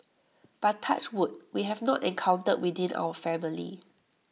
but touch wood we have not encountered within our family